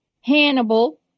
Hannibal